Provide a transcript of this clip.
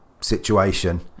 situation